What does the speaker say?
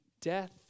Death